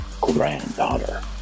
granddaughter